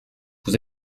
vous